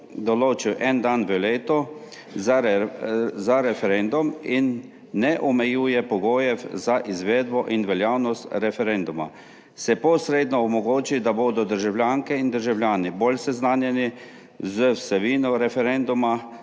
določil en dan v letu za referendum in ne omejuje pogojev za izvedbo in veljavnost referenduma. Se posredno omogoči, da bodo državljanke in državljani bolj seznanjeni z vsebino referenduma,